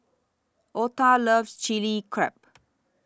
Ota loves Chili Crab